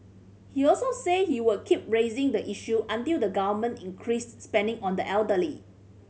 he also said he would keep raising the issue until the Government increased spending on the elderly